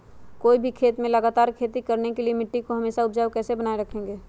कोई भी खेत में लगातार खेती करने के लिए मिट्टी को हमेसा उपजाऊ कैसे बनाय रखेंगे?